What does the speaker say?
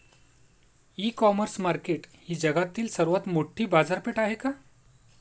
इ commerce market ही जगातील सर्वात मोठी बाजारपेठ आहे का?